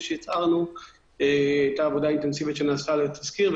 שהצהרנו הייתה עבודה אינטנסיבית שנעשתה עבור תזכיר החוק.